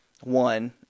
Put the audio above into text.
One